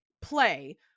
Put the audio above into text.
play